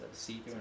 see